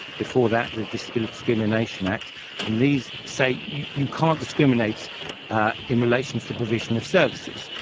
before that the disability discrimination act and these say you can't discriminate in relation to provision of services,